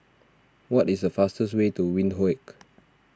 what is the fastest way to Windhoek